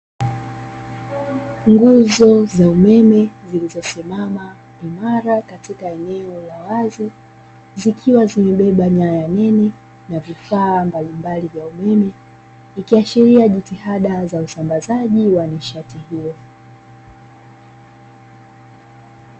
Nguzo za umeme zilizosimama imara katika eneo la wazi, zikiwa zimebeba nyaya nene na vifaa mbalimbali vya umeme, ikiashiria jitihada za usambazaji wa nishati hiyo.